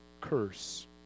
curse